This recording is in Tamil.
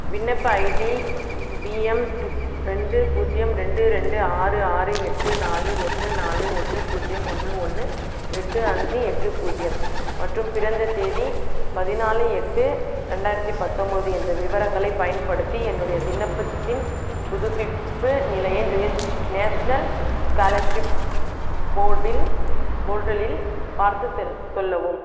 விண்ணப்ப ஐடி பி எம் ரெண்டு பூஜ்ஜியம் ரெண்டு ரெண்டு ஆறு ஆறு எட்டு நாலு ஒன்று நாலு ஒன்று பூஜ்ஜியம் ஒன்று ஒன்று எட்டு அஞ்சு எட்டு பூஜ்ஜியம் மற்றும் பிறந்த தேதி பதினாலு எட்டு ரெண்டாயிரத்தி பத்தொம்போது என்ற விவரங்களைப் பயன்படுத்தி என்னுடைய விண்ணப்பத்தின் புதுப்பிப்பு நிலையை ரேஷன் நேஷ்னல் ஸ்காலர்ஷிப் போர்டில் போர்ட்டலில் பார்த்துச் சொல்லவும்